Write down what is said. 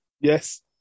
Yes